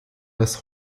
das